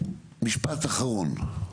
משפט אחרון.